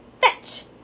Fetch